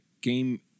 game